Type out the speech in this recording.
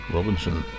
Robinson